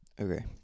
Okay